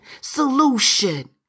solution